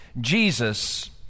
Jesus